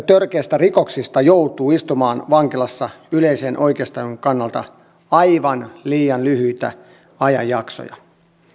törkeistä rikoksista joutuu istumaan vankilassa yleisen oikeustajun kannalta aivan liian lyhyitä ajanjaksoja